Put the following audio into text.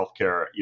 healthcare